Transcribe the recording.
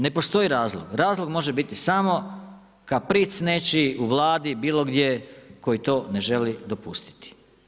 Ne postoji razlog, razlog može biti samo kapric nečiji u Vladi, bilogdje koji to ne želi dopustiti.